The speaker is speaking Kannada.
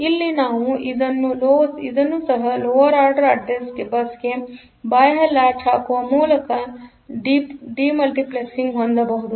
ಇಲ್ಲಿ ನಾವು ಇದರ ಅನ್ನು ಸಹಲೋವರ್ ಆರ್ಡರ್ ಅಡ್ರೆಸ್ ಬಸ್ಗೆಬಾಹ್ಯ ಲಾಚ್ ಹಾಕುವ ಮೂಲಕ ಡಿಮಲ್ಟಿಪ್ಲೆಕ್ಸಿಂಗ್ ಹೊಂದಬಹುದು